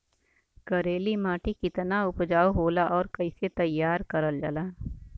करेली माटी कितना उपजाऊ होला और कैसे तैयार करल जाला?